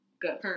Good